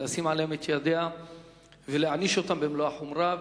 לשים עליהם את ידה ולהעניש אותם במלוא החומרה.